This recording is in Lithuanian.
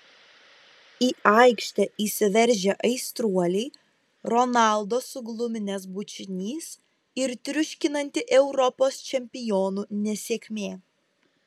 į aikštę įsiveržę aistruoliai ronaldo sugluminęs bučinys ir triuškinanti europos čempionų nesėkmė